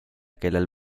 kellel